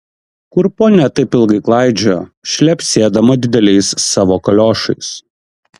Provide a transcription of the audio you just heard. kur ponia taip ilgai klaidžiojo šlepsėdama dideliais savo kaliošais